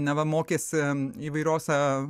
neva mokėsi įvairiose